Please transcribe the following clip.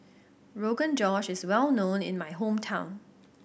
Rogan Josh is well known in my hometown